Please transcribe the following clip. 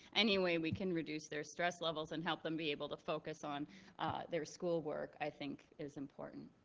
any way we can reduce their stress levels and help them be able to focus on their schoolwork, i think, is important.